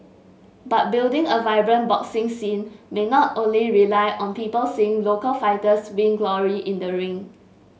but building a vibrant boxing scene may not only rely on people seeing local fighters win glory in the ring